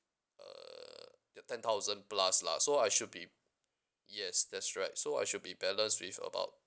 uh t~ ten thousand plus lah so I should be yes that's right so I should be balance with about